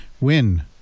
win